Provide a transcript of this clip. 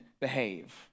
behave